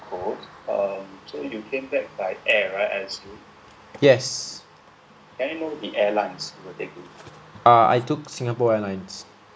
yes err I took Singapore Airlines